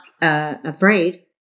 afraid